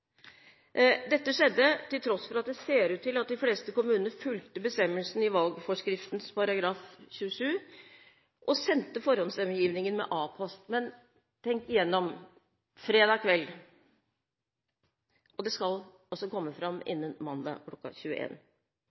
Dette skjedde til tross for at det ser ut til at de fleste kommuner fulgte bestemmelsen i valgforskriften § 27 og sendte forhåndsstemmegivningen med A-post. Men tenk igjennom: Det er fredag kveld, og dette skal altså komme fram innen mandag